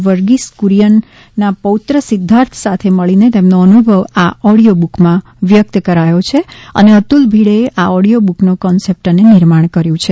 વર્ગીસ કુરીયનના પૌત્ર સિધ્ધાર્થ સાથે મળીને તેમનો અનુભવ આ ઓડિયો બુકમાં વ્યક્ત કર્યો છે અને અતુલ ભીડેએ આ ઓડિયો બુકનો કન્સેપ્ટ અને નિર્માણ કર્યુ છે